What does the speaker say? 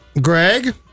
Greg